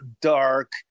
dark